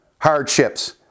hardships